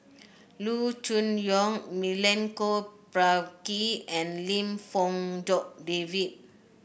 Loo Choon Yong Milenko Prvacki and Lim Fong Jock David